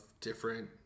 different